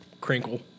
crinkle